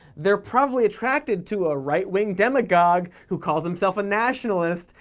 they're probably attracted to a right-wing demagogue who calls himself a nationalist,